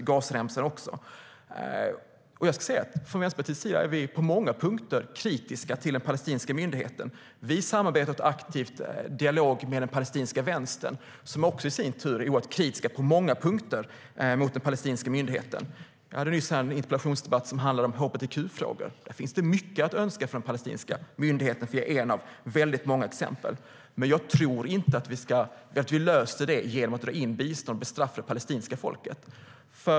Det gäller även befolkningen på Gazaremsan. Från Vänsterpartiets sida är vi på många punkter kritiska till palestinska myndigheten. Vi har samarbetat med och för en aktiv dialog med den palestinska vänstern, som på många punkter är oerhört kritisk till palestinska myndigheten. För en stund sedan hade jag en interpellationsdebatt om hbtq-frågor. Där finns mycket att önska vad gäller palestinska myndigheten, för att ta ett av många exempel, men jag tror inte att vi löser det genom att dra in bistånd och därmed bestraffa det palestinska folket.